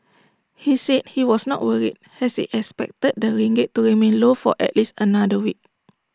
he said he was not worried as he expected the ringgit to remain low for at least another week